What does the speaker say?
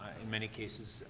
in many cases,